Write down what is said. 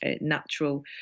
natural